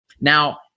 Now